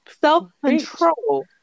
Self-control